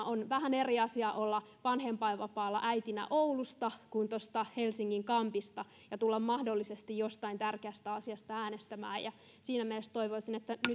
on vähän eri asia olla vanhempainvapaalla oleva äiti oulusta kuin tuosta helsingin kampista kun tulee mahdollisesti jostain tärkeästä asiasta äänestämään siinä mielessä toivoisin että nyt